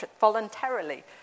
voluntarily